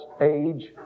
age